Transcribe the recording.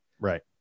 right